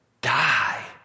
die